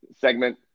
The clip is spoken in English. segment